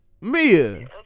mia